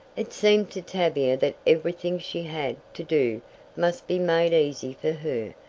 it seemed to tavia that everything she had to do must be made easy for her,